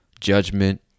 judgment